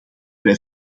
wij